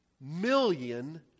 million